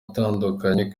atandukanye